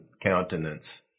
countenance